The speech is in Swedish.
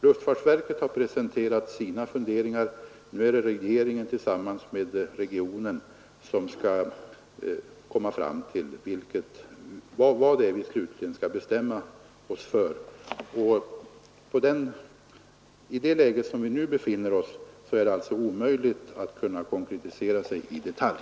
Luftfartsverket har presenterat sina funderingar, och nu är det regeringen tillsammans med regionen som skall komma fram till vad vi slutligen skall bestämma oss för. I det läge där vi nu befinner oss är det alltså omöjligt att konkretisera i detalj.